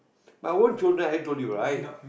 my own children I told you right